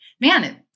man